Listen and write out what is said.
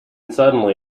suddenly